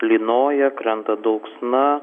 lynoja krenta dulksna